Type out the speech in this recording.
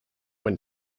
when